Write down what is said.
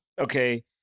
Okay